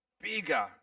bigger